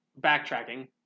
backtracking